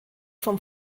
vom